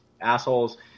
assholes